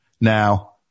Now